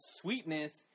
sweetness